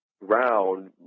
round